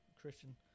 Christian